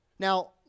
Now